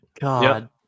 God